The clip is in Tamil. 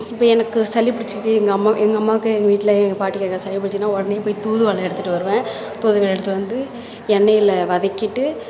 இப்போ எனக்கு சளி புடிச்சுட்டு எங்கள் அம்மா எங்கள் அம்மாக்கு எங்கள் வீட்டில் எங்கள் பாட்டிக்கு யாருக்காவது சளி பிடிச்சிட்டுனா உடனே போய் தூதுவளை எடுத்துகிட்டு வருவேன் தூதுவளை எடுத்துகிட்டு வந்து எண்ணெயில் வதக்கிட்டு